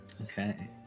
Okay